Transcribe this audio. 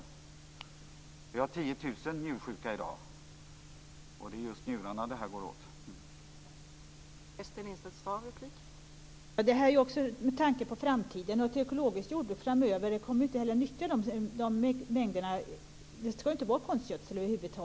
I dag finns det 10 000 njursjuka i vårt land, och det är just njurarna som det här går hårt åt.